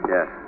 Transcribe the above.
Yes